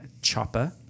chopper